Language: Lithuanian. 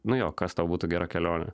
nu jo kas tau būtų gera kelionė